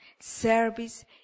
service